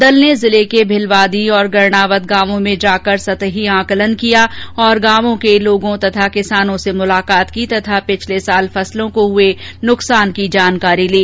दल ने जिले के भिलवादी गरणावद गांवों में जाकर सतही आंकलन किया और गांव के किसानों और लोगों से मुलाकात की और गत वर्ष फसलों को हुए नुकसान की जानकारी ली